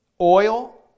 oil